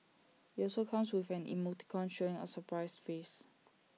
IT also comes with an emoticon showing A surprised face